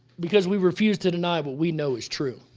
because we refuse to deny what we know is true.